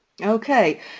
okay